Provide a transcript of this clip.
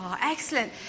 excellent